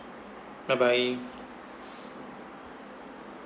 bye bye